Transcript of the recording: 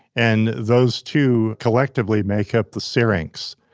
and those two collectively make up the syrinx.